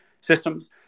systems